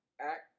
act